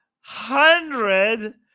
hundred